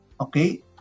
okay